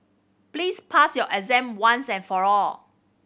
please pass your exam once and for all